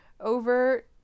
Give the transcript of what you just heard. over